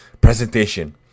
presentation